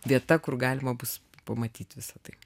vieta kur galima bus pamatyt visa tai